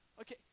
Okay